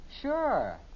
Sure